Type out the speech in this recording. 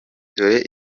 dore